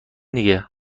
دیگه